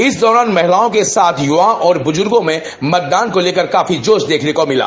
इस दौरान महिलाओं के साथ युवाओं और बुजुर्गो में मतदान को लेकर काफी जोश देखने को मिला